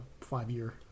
five-year